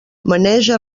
maneja